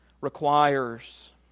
requires